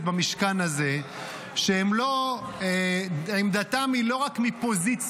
במשכן הזה שעמדתם היא לא רק מפוזיציה.